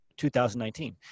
2019